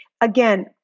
again